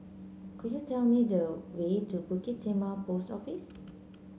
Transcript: could you tell me the way to Bukit Timah Post Office